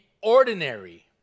ordinary